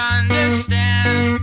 understand